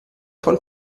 von